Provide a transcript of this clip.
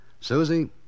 Susie